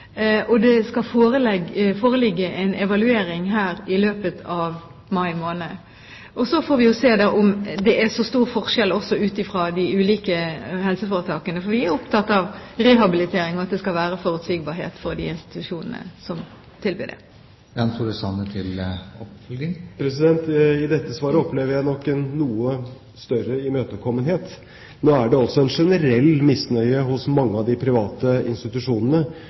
og det skal foreligge en evaluering her i løpet av mai måned. Så får vi se om det er så stor forskjell også mellom de ulike helseforetakene. Vi er opptatt av rehabilitering og av at det skal være forutsigbarhet for de institusjonene som tilbyr det. I dette svaret opplever jeg nok en noe større imøtekommenhet. Nå er det også en generell misnøye hos mange av de private institusjonene